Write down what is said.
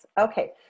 okay